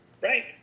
Right